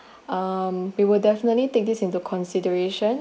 um we will definitely take this into consideration